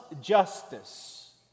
justice